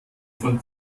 von